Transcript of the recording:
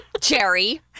cherry